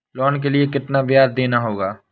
Loan के लिए कितना ब्याज देना होगा?